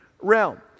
realm